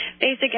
basic